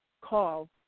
call